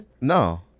No